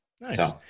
Nice